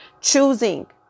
choosing